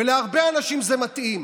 ולהרבה אנשים זה מתאים.